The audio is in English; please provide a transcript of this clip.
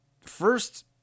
first